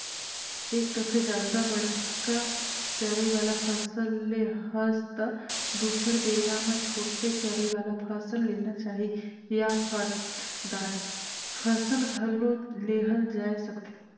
एक दफे जादा बड़का जरई वाला फसल ले हस त दुसर बेरा म छोटे जरई वाला फसल लेना चाही या फर, दार फसल घलो लेहल जाए सकथे